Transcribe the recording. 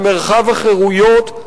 על מרחב החירויות,